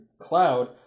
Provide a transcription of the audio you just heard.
Cloud